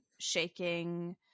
shaking